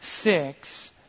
six